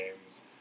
games